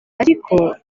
ariko